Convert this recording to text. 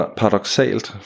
paradoxalt